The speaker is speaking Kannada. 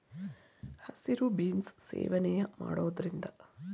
ಹಸಿರು ಬೀನ್ಸ್ ಸೇವನೆ ಮಾಡೋದ್ರಿಂದ ಬೆಂಡೆಕಾಯಿಯಲ್ಲಿ ಸಿಗುವಂತ ಆರೋಗ್ಯದ ಲಾಭಗಳು ಸಿಗುತ್ವೆ